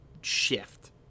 shift